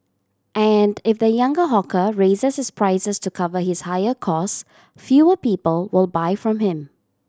and if the younger hawker raises his prices to cover his higher cost fewer people will buy from him